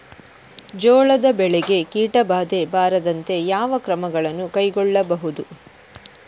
ಜೋಳದ ಬೆಳೆಗೆ ಕೀಟಬಾಧೆ ಬಾರದಂತೆ ಯಾವ ಕ್ರಮಗಳನ್ನು ಕೈಗೊಳ್ಳಬಹುದು?